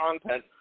content